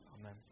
Amen